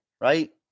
right